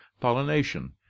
pollination